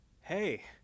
hey